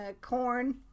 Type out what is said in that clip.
corn